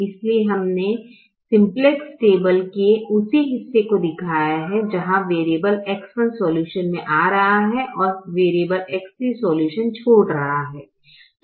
इसलिए मैंने simplex table के उसी हिस्से को दिखाया है जहा वेरिएबल X1 सॉल्यूशन मे आ रहा है और वेरिएबल X3 सॉल्यूशन छोड़ रहा है